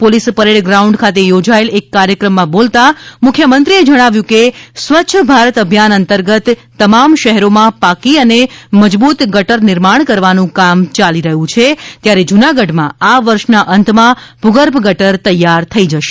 police parade ground ખાતે યોજાયેલ એક કાર્યક્રમમાં બોલતા મુખ્યમંત્રીશ્રીએ જણાવ્યું હતું કે સ્વચ્છ ભારત અભિયાન અંતર્ગત તમામ શહેરોમાં પાકી અને મજબૂત ગટર નિર્માણ કરવાનું કામ ચાલી રહ્યું છે ત્યારે જૂનાગઢમાં આ વર્ષના અંતમાં ભૂગર્ભ ગટર તૈયાર થઈ જશે